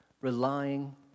relying